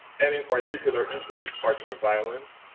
and in particular intimate partner violence,